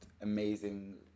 amazing